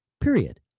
period